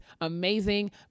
amazing